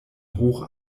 hoch